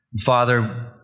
Father